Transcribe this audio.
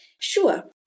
Sure